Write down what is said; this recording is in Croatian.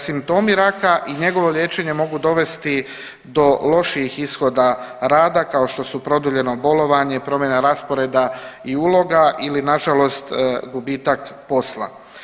Simptomi raka i njegovo liječenje mogu dovesti do lošijih ishoda rada kao što su produljeno bolovanje, promjena rasporeda i uloga ili na žalost gubitak posla.